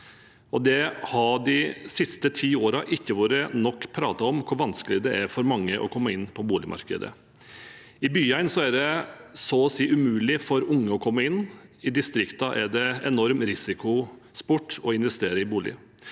Det har de siste ti årene ikke vært pratet nok om hvor vanskelig det er for mange å komme inn på boligmarkedet. I byene er det så å si umulig for unge å komme inn, og i distriktene er det en enorm risikosport å investere i bolig.